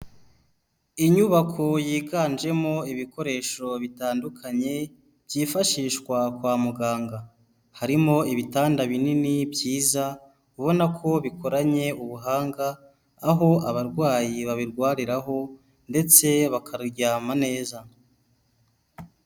Inyubako yiganjemo ibikoresho bitandukanye byifashishwa kwa muganga, harimo ibitanda binini byiza ubona ko bikoranye ubuhanga aho abarwayi babirwariraho ndetse bakaryama neza.